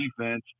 defense